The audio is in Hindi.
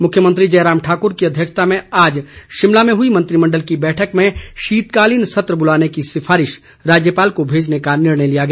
मुख्यमंत्री जयराम ठाकुर की अध्यक्षता में आज शिमला में हुई मंत्रिमंडल की बैठक में शीतकालीन सत्र बुलाने की सिफारिश राज्यपाल को भेजने का निर्णय लिया गया